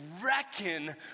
reckon